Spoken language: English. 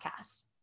podcasts